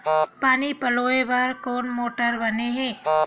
पानी पलोय बर कोन मोटर बने हे?